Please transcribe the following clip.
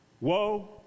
Woe